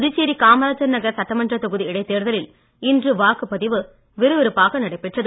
புதுச்சேரி காமராஜர் நகர் சட்டமன்ற தொகுதி இடைத்தேர்தலில் இன்று வாக்குப்பதிவு விறுவிறுப்பாக நடைபெற்றது